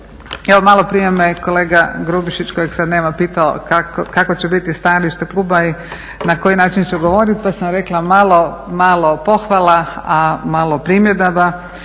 Evo malo prije me kolega Grubišić kojeg sada nema, kakvo će biti stajalište kluba i na koji način će govoriti, pa sam rekla malo pohvala, a malo primjedaba.